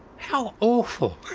how awful!